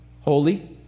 Holy